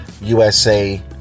USA